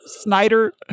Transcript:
Snyder